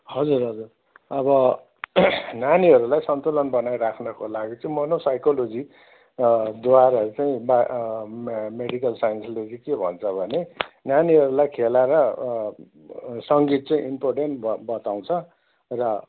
हजुर हजुर अब नानीहरूलाई सन्तुलन बनाइराख्नको लागि मोनो साइकोलोजी द्वाराहरू चाहिँ मेडिकल साइन्सले चाहिँ के भन्छ भने नानीहरूलाई खेला र सङ्गीत चाहिँ इम्पोर्टेन्ट ब बताउँछ र